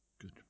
Good